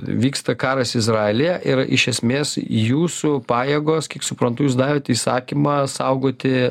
vyksta karas izraelyje ir iš esmės jūsų pajėgos kiek suprantu jūs davėt įsakymą saugoti